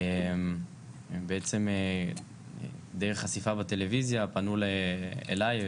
בעצם דרך חשיפה בטלויזיה פנו אליי,